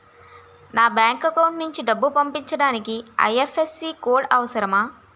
నా bank account నుంచి డబ్బు పంపించడానికి ఐ.ఎఫ్.ఎస్.సి కోడ్ అవసరమా?